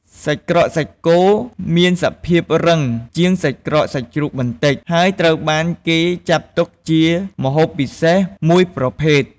សាច់ក្រកសាច់គោ មានសភាពរឹងជាងសាច់ក្រកជ្រូកបន្តិច ហើយត្រូវបានគេចាត់ទុកជាម្ហូបពិសេសមួយប្រភេទ។